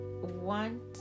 want